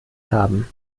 haben